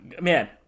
man